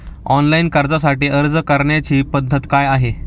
Online कर्जासाठी अर्ज करण्याची पद्धत काय आहे?